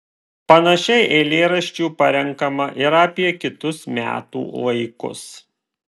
panašiai eilėraščių parenkama ir apie kitus metų laikus